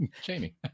jamie